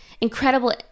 incredible